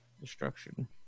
Destruction